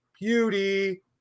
Beauty